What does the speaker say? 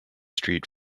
street